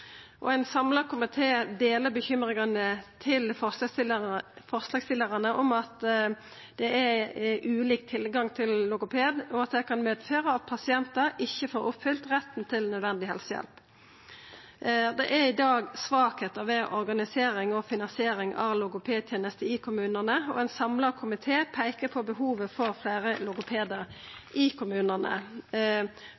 Ein samla komité deler bekymringane til forslagsstillarane om at det er ulik tilgang til logoped, og at det kan medføra at pasientar ikkje får oppfylt retten til nødvendig helsehjelp. Det er i dag svakheiter ved organisering og finansiering av logopedtenester i kommunane, og ein samla komité peiker på behovet for fleire